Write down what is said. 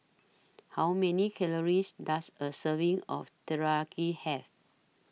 How Many Calories Does A Serving of Teriyaki Have